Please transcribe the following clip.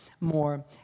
more